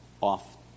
off